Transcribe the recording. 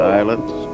Silence